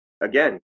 again